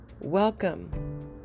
Welcome